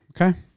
Okay